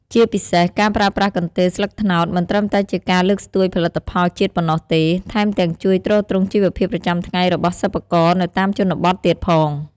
ជាពិសេស ការប្រើប្រាស់កន្ទេលស្លឹកត្នោត មិនត្រឹមតែជាការលើកស្ទួយផលិតផលជាតិប៉ុណ្ណោះទេ ថែមទាំងជួយទ្រទ្រង់ជីវភាពប្រចាំថ្ងៃរបស់សិប្បករនៅតាមជនបទទៀតផង។